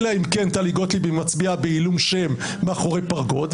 אלא אם כן טלי גוטליב מצביעה בעילום שם מאחורי פרגוד,